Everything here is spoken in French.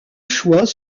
choix